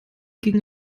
ging